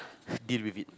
deal with it